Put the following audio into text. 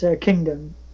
kingdom